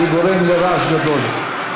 זה גורם לרעש גדול.